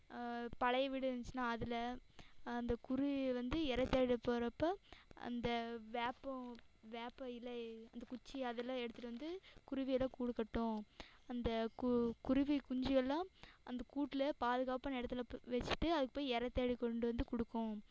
பழைய வீடு இருந்துச்சுன்னால் அதில் அந்த குருவி வந்து இர தேட போகிறப்ப அந்த வேப்பம் வேப்ப இலை அந்த குச்சி அதெல்லாம் எடுத்துட்டு வந்து குருவியோட கூடு கட்டும் அந்த கு குருவி குஞ்சியெல்லாம் அந்த கூட்டில பாதுகாப்பான இடத்துல வச்சிகிட்டு அது போய் இர தேடி கொண்டு வந்து கொடுக்கும்